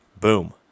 boom